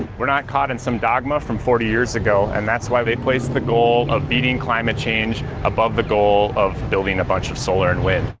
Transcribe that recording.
we're not caught in some dogma from forty years ago, and that's why they place the goal of beating climate change above the goal of building a bunch of solar and wind.